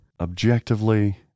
objectively